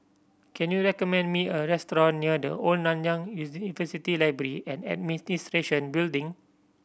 can you recommend me a restaurant near The Old Nanyang University Library and Administration Building